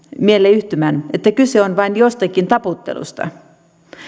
mielleyhtymän että kyse on vain jostakin taputtelusta